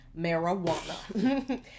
marijuana